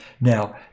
Now